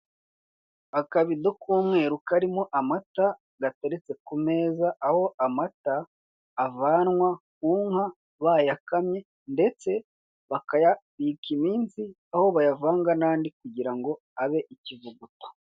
Akabido k' umweru karimo amata gateretse ku meza aho amata avanwa ku nka bayakamye ndetse bakayabika iminsi aho bayavanga n' andi kugira ngo abe ikivuguto.